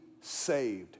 saved